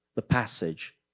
the passage,